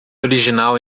original